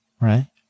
right